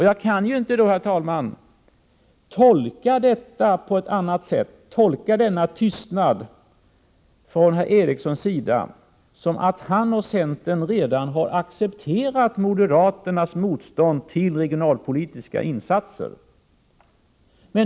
Jag kan inte, herr talman, tolka denna tystnad från Per-Ola Eriksson på annat sätt än att han och centern i övrigt redan har accepterat moderaternas motstånd mot regionalpolitiska insatser.